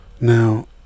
Now